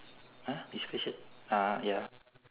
!huh! it's special ah ya